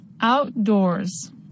Outdoors